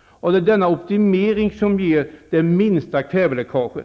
och det är optimering som ger de minsta kväveläckagen.